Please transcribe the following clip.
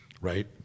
right